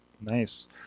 Nice